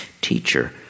Teacher